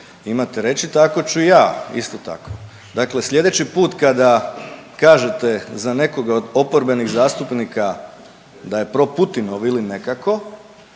imate reći tako ću i ja isto tako. Dakle, sljedeći put kada kažete za nekoga od oporbenih zastupnika da je pro Putinov ili nekako